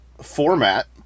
format